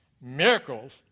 miracles